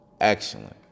excellent